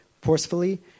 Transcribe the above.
forcefully